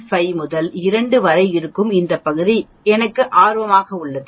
5 முதல் 2 வரை இருக்கும் இந்த பகுதி எனக்கு ஆர்வமாக உள்ளது